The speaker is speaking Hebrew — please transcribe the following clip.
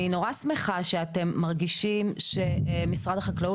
אני נורא שמחה שאתם מרגישים שמשרד החקלאות